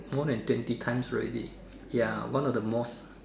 more than twenty times already ya one of the most